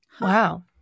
Wow